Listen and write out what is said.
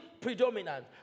predominant